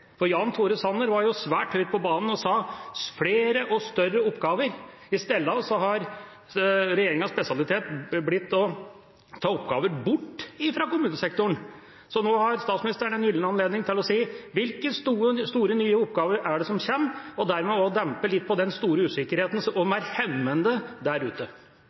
Jan Tore Sanner var svært høyt på banen og sa: flere og større oppgaver. I stedet har regjeringas spesialitet blitt å ta oppgaver bort fra kommunesektoren. Så nå har statsministeren en gyllen anledning til å si hvilke store, nye oppgaver som kommer, og dermed også dempe litt på den store usikkerheten som er hemmende der ute.